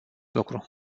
lucru